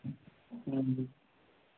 ह्म्म